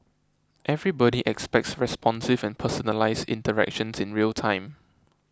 everybody expects responsive and personalised interactions in real time